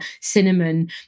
cinnamon